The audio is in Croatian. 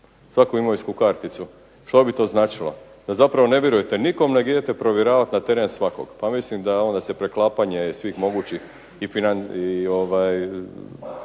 svaku imovinsku karticu. Što bi to značilo, da zapravo ne vjerujete nikom nego idete provjeravat na teren svakog. Pa mislim da onda se preklapanje svih mogućih i Porezne